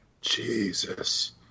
Jesus